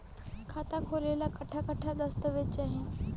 खाता खोले ला कट्ठा कट्ठा दस्तावेज चाहीं?